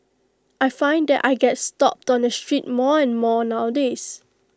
I find that I get stopped on the street more and more nowadays